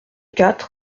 quatre